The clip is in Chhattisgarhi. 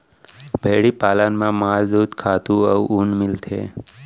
भेड़ी पालन म मांस, दूद, खातू अउ ऊन मिलथे